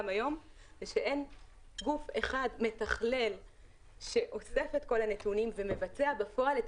היום זה שאין גוף אחד מתכלל שאוסף את כל הנתונים ומבצע בפועל את